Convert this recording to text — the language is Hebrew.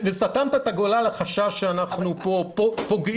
וסתמת את הגולל על החשש שאנחנו פוגעים